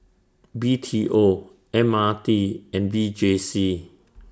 B T O M R T and V J C